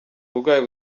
uburwayi